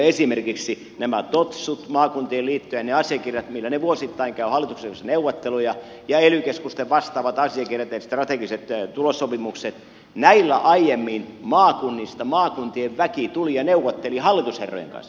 esimerkiksi näillä totsuilla maakuntien liittojen niillä asiakirjoilla millä ne vuosittain käyvät hallituksen kanssa neuvotteluja ja ely keskusten vastaavilla asiakirjoilla eli strategisilla tulossopimuksilla aiemmin maakunnista maakuntien väki tuli ja neuvotteli hallitusherrojen kanssa